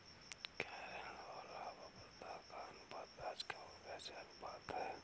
क्या ऋण और लाभप्रदाता का अनुपात ब्याज कवरेज अनुपात है?